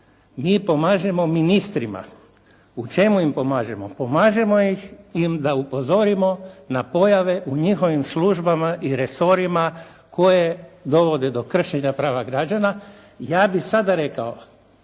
Mi pomažemo ministrima. U čemu im pomažemo? Pomažemo im da upozorimo na pojave u njihovim službama i resorima koje dovode do kršenja prava građana. Ja bih sada rekao.